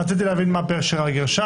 רציתי להבין את פשר הגרשיים.